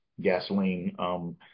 gasoline